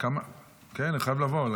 כן, אני חייב לבוא.